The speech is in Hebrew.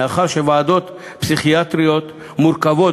מאחר שוועדות פסיכיאטריות מורכבות